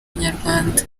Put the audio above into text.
inyarwanda